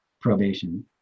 probation